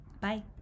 Bye